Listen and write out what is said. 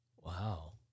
Wow